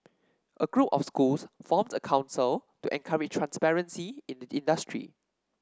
a group of schools formed a council to encourage transparency in the industry